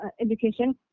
education